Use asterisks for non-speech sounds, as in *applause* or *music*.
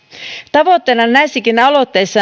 tavoitteena näissäkin aloitteissa *unintelligible*